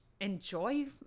enjoy